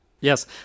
Yes